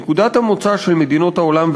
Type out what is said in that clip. נקודת המוצא של מדינות העולם,